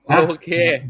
okay